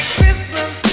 Christmas